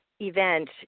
event